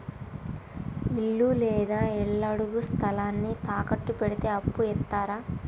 ఇల్లు లేదా ఇళ్లడుగు స్థలాన్ని తాకట్టు పెడితే అప్పు ఇత్తరా?